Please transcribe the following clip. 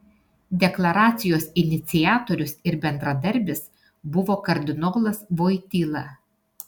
deklaracijos iniciatorius ir bendradarbis buvo kardinolas voityla